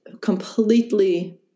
completely